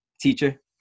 teacher